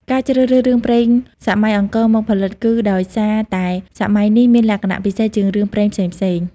ការជ្រើសរើសរឿងព្រេងសម័យអង្គរមកផលិត គឺដោយសារតែសម័យនេះមានលក្ខណៈពិសេសជាងរឿងព្រេងផ្សេងៗ។